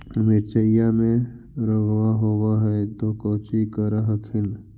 मिर्चया मे रोग्बा होब है तो कौची कर हखिन?